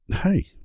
hey